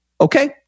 okay